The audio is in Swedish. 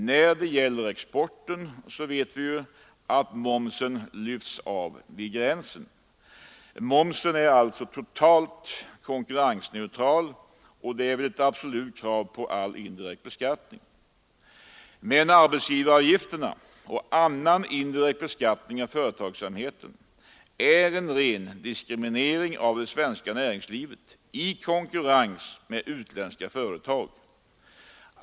För exporten gäller att momsen lyfts av vid gränsen. Momsen är alltså totalt konkurrensneutral, och det är ett absolut krav på all indirekt beskattning. Men arbetsgivaravgifterna och annan indirekt beskattning av företagsamheten är en ren diskriminering av det svenska näringslivet i konkurrens med utländska företag.